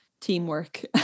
teamwork